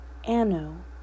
Anno